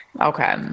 Okay